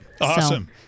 Awesome